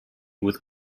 with